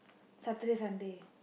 Saturday Sunday